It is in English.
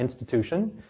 institution